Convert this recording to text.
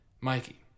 Mikey